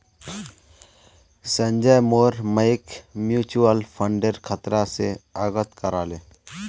संजय मोर मइक म्यूचुअल फंडेर खतरा स अवगत करा ले